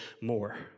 more